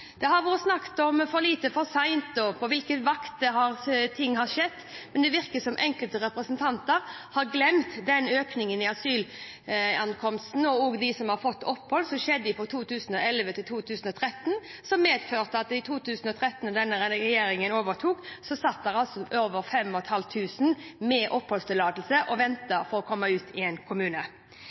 Det har vært snakket om for lite, for sent, og på hvilken vakt ting har skjedd, men det virker som enkelte representanter har glemt den økningen i asylankomster og blant dem som har fått opphold, som skjedde fra 2011 til 2013, som medførte at det i 2013, da denne regjeringen overtok, satt over fem og et halvt tusen med oppholdstillatelse og ventet på å komme ut i en kommune.